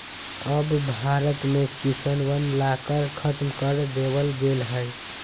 अब भारत में किसनवन ला कर खत्म कर देवल गेले है